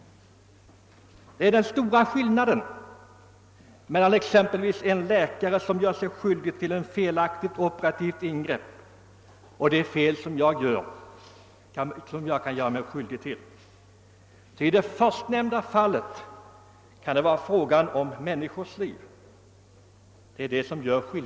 Det är den stora skillnaden mellan det fel en läkare kan göra sig skyldig till vid ett operativt ingrepp och det fel jag kan åstadkomma, ty i det förstnämnda fallet kan det vara fråga om människors liv.